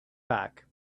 back